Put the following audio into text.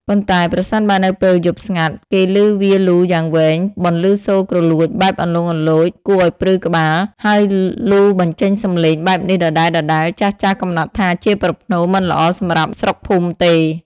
ប៉ុន្តែ ប្រសិនបើនៅពេលយប់ស្ងាត់ គេឮវាលូយ៉ាងវែង បន្លឺសូរគ្រលួចបែបលន្លង់លន្លោច គួរឱ្យព្រឺក្បាល ហើយលូបញ្ចេញសំឡេងបែបនេះដដែល ចាស់ៗកំណត់ថា ជាប្រផ្នូលមិនល្អសម្រាប់ស្រុកភូមិទេ។